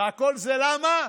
וכל זה למה?